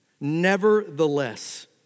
Nevertheless